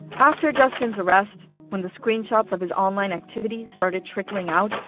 after justin's arrest, when the screenshots of his online activity started trickling out,